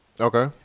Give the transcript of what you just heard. Okay